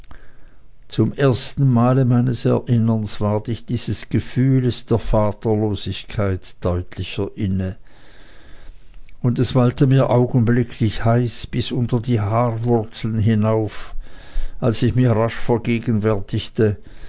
zum ersten male meines erinnerns ward ich dieses gefühles der vaterlosigkeit deutlicher inne und es wallte mir augenblicklich heiß bis unter die haarwurzeln hinauf als ich mir rasch vergegenwärtigte